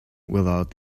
without